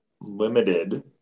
limited